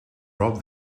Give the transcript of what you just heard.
rob